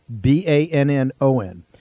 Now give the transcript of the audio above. B-A-N-N-O-N